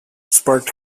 sparked